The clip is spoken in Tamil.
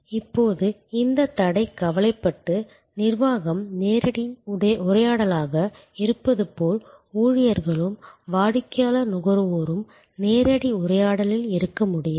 இப்போது இந்தத் தடை கலைக்கப்பட்டு நிர்வாகம் நேரடி உரையாடலாக இருப்பது போல் ஊழியர்களும் வாடிக்கையாளர் நுகர்வோரும் நேரடி உரையாடலில் இருக்க முடியும்